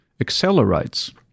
accelerates